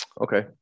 Okay